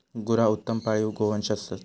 गुरा उत्तम पाळीव गोवंश असत